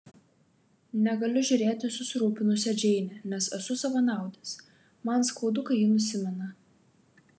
negaliu žiūrėti į susirūpinusią džeinę nes esu savanaudis man skaudu kai ji nusimena